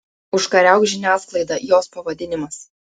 užkariauk žiniasklaidą jos pavadinimas